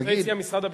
זה הציע משרד הביטחון?